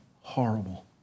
horrible